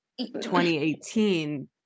2018